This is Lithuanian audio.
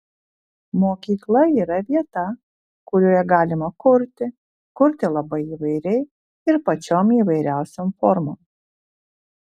mokykla yra vieta kurioje galima kurti kurti labai įvairiai ir pačiom įvairiausiom formom